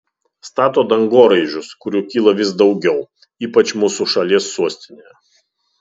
stato dangoraižius kurių kyla vis daugiau ypač mūsų šalies sostinėje